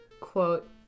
quote